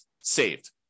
saved